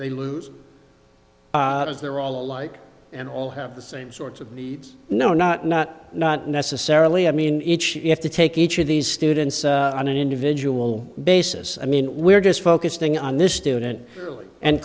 they lose they're all alike and all have the same sorts of needs no not not not necessarily i mean each you have to take each of these students on an individual basis i mean we're just focusing on this student